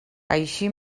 així